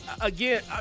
again